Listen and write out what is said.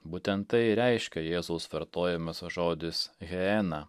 būtent tai ir reiškia jėzaus vartojamas žodis hėena